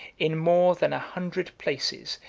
in more than a hundred places,